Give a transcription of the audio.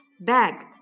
bag